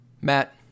Matt